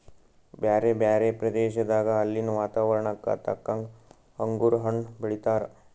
ಬ್ಯಾರೆ ಬ್ಯಾರೆ ಪ್ರದೇಶದಾಗ ಅಲ್ಲಿನ್ ವಾತಾವರಣಕ್ಕ ತಕ್ಕಂಗ್ ಅಂಗುರ್ ಹಣ್ಣ್ ಬೆಳೀತಾರ್